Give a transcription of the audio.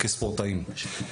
כספורטאים.